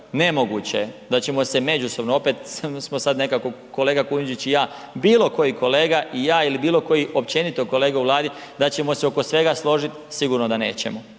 Nemoguće je da ćemo se međusobno opet, smo sad nekako kolega Kujundžić i ja, bilo koji kolega i ja ili bilo koji općenito kolege u Vladi, da ćemo se oko svega složiti, sigurno da nećemo.